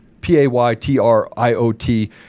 P-A-Y-T-R-I-O-T